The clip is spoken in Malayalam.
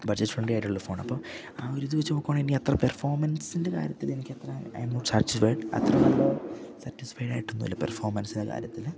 ബഡ്ജറ്റ് ഫ്രണ്ടിലി ആയിട്ടുള്ള ഫോണാ അപ്പ ആ ഒരിത് വച്ച് നോക്കവാണെ എനിക്കത്ര പെർഫോമൻസിൻ്റെ കര്യത്തില് എനിക്ക് അത്ര ഐ ആം നോട്ട് സാറ്റിസ്ഫൈഡ് അത്ര നല്ല സാറ്റിസ്ഫൈഡായിട്ടൊന്നുല്ല പെർഫോമൻസിൻ്റെ കാര്യത്തില്